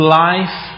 life